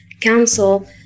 Council